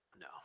no